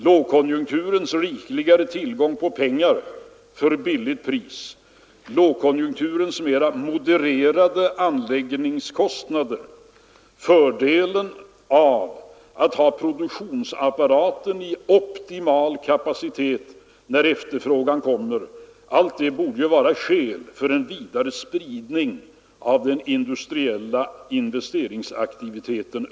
Lågkonjunkturens rikare tillgång på pengar för billigt pris, de då mera modererade anläggningskostnaderna och fördelen av att ha produktionsapparaten i optimal kapacitet när efterfrågan ökar borde vara skäl för en tidsmässigt vidare spridning av den industriella investeringsaktiviteten.